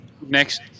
next